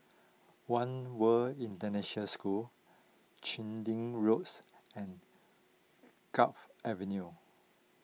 one World International School Chu Lin Road and Gul Avenue